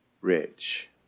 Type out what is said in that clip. rich